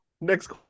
next